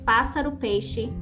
Pássaro-peixe